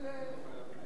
השאילתות האלה,